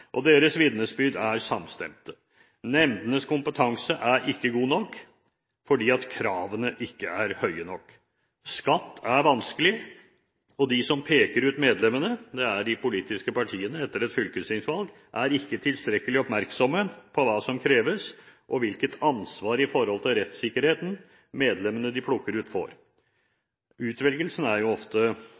Deres vitnesbyrd er samstemte: Nemndenes kompetanse er ikke god nok fordi kravene ikke er høye nok. Skatt er vanskelig, og de som peker ut medlemmene – det er de politiske partiene etter et fylkestingsvalg – er ikke tilstrekkelig oppmerksomme på hva som kreves, og på hvilket ansvar med hensyn til rettssikkerhet medlemmene de plukker ut, får. Utvelgelsen er jo ofte